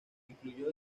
incluyó